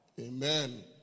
Amen